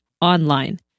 online